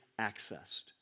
accessed